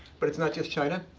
but it's not just china.